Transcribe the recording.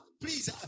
please